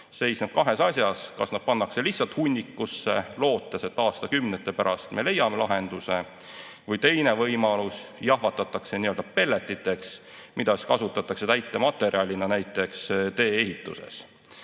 seisneb kahes asjas: nad kas pannakse lihtsalt hunnikusse, lootes, et aastakümnete pärast me leiame lahenduse, või teine võimalus, jahvatatakse nii-öelda pelletiteks, mida kasutatakse täitematerjalina näiteks tee-ehituses.